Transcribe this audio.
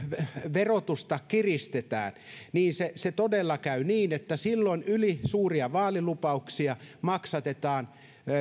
verotusta kiristetään niin todella käy niin että silloin ylisuuria vaalilupauksia maksatetaan